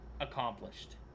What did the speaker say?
accomplished